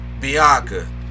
Bianca